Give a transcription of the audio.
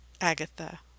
Agatha